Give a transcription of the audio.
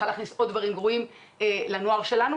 צרכיה להכניס עוד דברים גרועים לנוער שלנו.